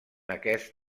aquest